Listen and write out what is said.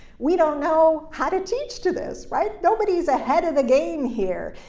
we don't know how to teach to this. right? nobody's ahead of the game here.